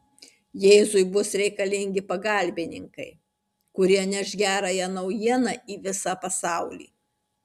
jėzui bus reikalingi pagalbininkai kurie neš gerąją naujieną į visą pasaulį